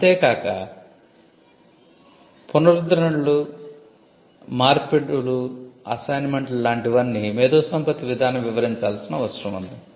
అంతే కాక పునరుద్ధరణలు మార్పిడులు అసైన్మెంట్లు లాంటి వన్నీ మేధోసంపత్తి విధానం వివరించాల్సిన అవసరం ఉంది